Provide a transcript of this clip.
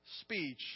speech